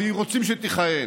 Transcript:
והם רוצים ממשלה שתכהן,